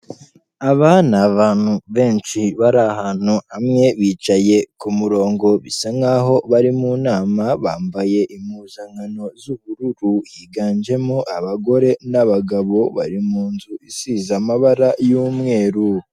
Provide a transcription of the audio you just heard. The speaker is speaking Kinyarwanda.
Aba ni abantu benshi bari ahantu hamwe, bicaye ku murongo, bisa nk'aho bari mu nama, bambaye impuzankano z'ubururu, higanjemo abagore, n'abagabo, bari munzu isize amabara y'umweru.